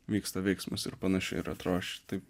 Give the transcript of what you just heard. vyksta veiksmas ir panašiai ir atrodo aš tai